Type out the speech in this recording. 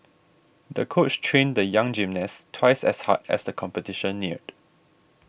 the coach trained the young gymnast twice as hard as the competition neared